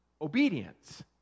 obedience